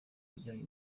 bijyanye